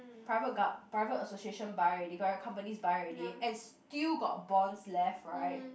private go~ private associations buy already correct companies buy already and still got bonds left right